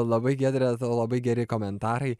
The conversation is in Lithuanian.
labai giedre labai geri komentarai